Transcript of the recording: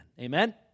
amen